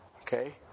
Okay